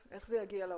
איך זה יגיע להורים?